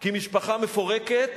כי משפחה מפורקת